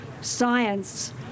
science